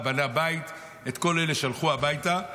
"בנה בית" את כל אלה שלחו הביתה.